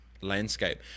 landscape